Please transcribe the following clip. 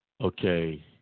Okay